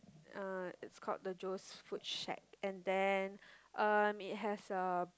uh it's called the Joe's food shack and then um it has a